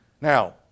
Now